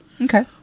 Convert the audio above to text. Okay